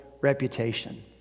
reputation